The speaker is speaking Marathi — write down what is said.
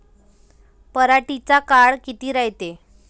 पराटीचा काळ किती रायते?